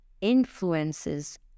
influences